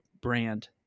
brand